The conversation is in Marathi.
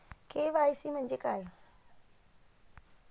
के.वाय.सी म्हंजे काय?